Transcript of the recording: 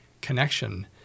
connection